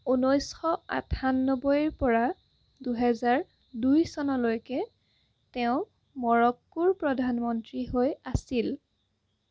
ঊনৈছশ আঠানব্বৈৰ পৰা দুহেজাৰ দুই চনলৈকে তেওঁ মৰক্কোৰ প্ৰধানমন্ত্ৰী হৈ আছিল